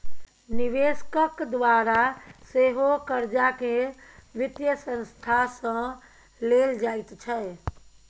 निवेशकक द्वारा सेहो कर्जाकेँ वित्तीय संस्था सँ लेल जाइत छै